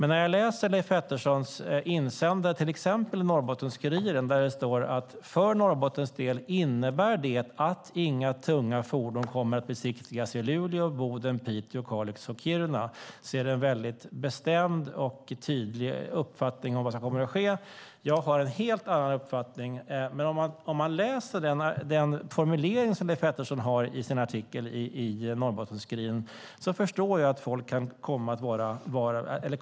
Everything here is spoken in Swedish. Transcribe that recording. När jag läser Leif Petterssons insändare i Norrbottenskuriren där det står att för Norrbottens del innebär det att inga tunga fordon kommer att besiktigas i Luleå, Boden, Piteå, Kalix och Kiruna ser jag en väldigt bestämd och tydlig uppfattning om vad som kommer att ske. Jag har en helt annan uppfattning. När jag läser den formulering som Leif Pettersson har i sin artikel i Norrbottenskuriren förstår jag att folk kommer att bli oroliga.